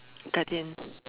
Guardian